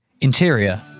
Interior